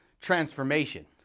transformation